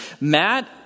Matt